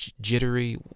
jittery